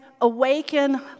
awaken